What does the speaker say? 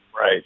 right